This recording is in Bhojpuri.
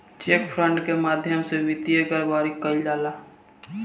चेक फ्रॉड के माध्यम से वित्तीय गड़बड़ी कईल जाला